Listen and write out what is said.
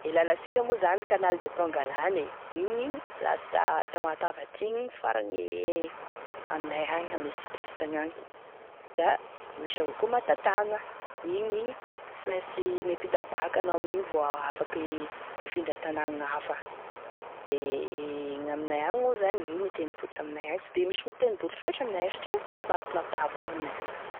E lalasika moa zany da canal de Pangalane e, igny lasta Tamatave aty igny, mifaragny amignay any ame Sud-Est anagny, da misy avao koa Matatagna, igny sy maintsy miampita baky anao amin'iny voa afaky mifindra tagna gn'hafa, de gn'aminay agny moa zany ino e tendrombohitry aminay any, sy de misy tendrombohitry loatry aminay agny satria somary plat plat avao gn'aminay agny.